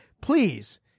Please